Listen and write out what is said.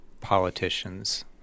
politicians